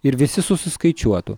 ir visi susiskaičiuotų